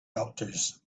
doctors